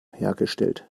hergestellt